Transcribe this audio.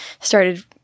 started